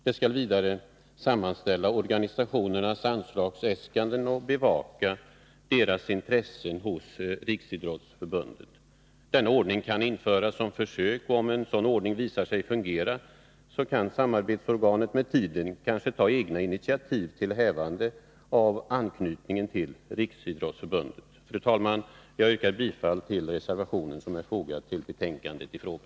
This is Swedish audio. Det skall vidare sammanställa organisationernas anslagsäskanden och bevaka deras intressen i Riksidrottsförbundet. Denna ordning kan införas på försök, och om en sådan ordning visar sig fungera kan samarbetsorganet med tiden kanske ta egna initiativ till hävande av anknytningen till Riksidrottsförbundet. Fru talman! Jag yrkar bifall till den reservation som är fogad till betänkandet i fråga.